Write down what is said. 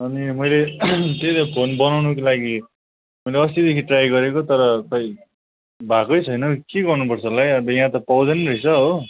अनि मैले त्यही त फोन बनाउनुको लागि मैले अस्तिदेखि ट्राई गरेको तर खोइ भएकै छैन हौ के गर्नुपर्छ होला है अब यहाँ त पाउँदैन रहेछ हो